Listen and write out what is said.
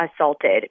assaulted